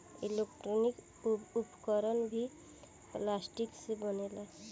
electronic उपकरण भी plastic से बनेला